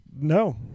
No